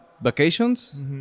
vacations